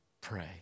pray